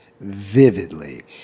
Vividly